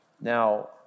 Now